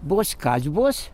bus kas bus